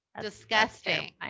Disgusting